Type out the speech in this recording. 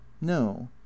no